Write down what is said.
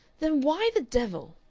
then why the devil,